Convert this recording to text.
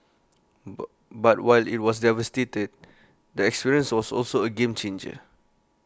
but but while IT was devastated the experience was also A game changer